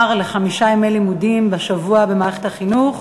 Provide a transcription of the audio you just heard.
לחמישה ימי לימודים בשבוע במערכת החינוך,